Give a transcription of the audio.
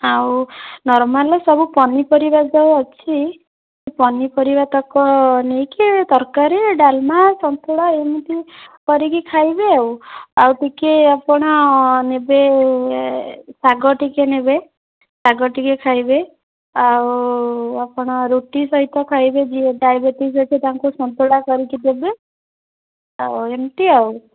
ଆଉ ନର୍ମାଲ୍ ସବୁ ପନିପରିବା ଯୋଉ ଅଛି ପନିପରିବା ତା'କୁ ନେଇକି ତରକାରି ଡ଼ାଲମା ସନ୍ତୁଳା ଏମିତି କରିକି ଖାଇବେ ଆଉ ଆଉ ଟିକେ ଆପଣ ନେବେ ଶାଗ ଟିକେ ନେବେ ଶାଗ ଟିକେ ଖାଇବେ ଆଉ ଆପଣ ରୁଟି ସହିତ ଖାଇବେ ଯିଏ ଡ଼ାଇବେଟିସ୍ ଅଛି ତାଙ୍କୁ ସନ୍ତୁଳା କରିକି ଦେବେ ଆଉ ଏମିତି ଆଉ